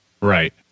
right